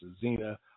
Zena